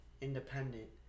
independent